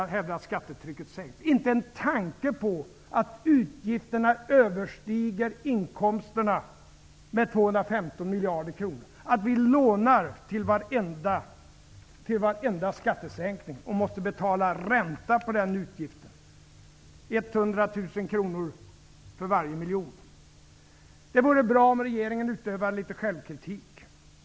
Han hävdar att skattetrycket har sänkts. Han har inte en tanke på att utgifterna överstiger inkomsterna med 215 miljarder kronor och att vi lånar till varenda skattesänkning och måste betala ränta på den utgiften -- 100 000 kr för varje miljon. Det vore bra om regeringen utövade lite självkritik.